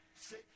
say